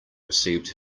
received